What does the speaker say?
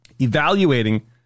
evaluating